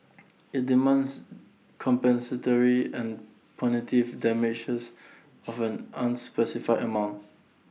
IT demands compensatory and punitive damages of an unspecified amount